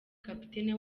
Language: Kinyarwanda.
kapiteni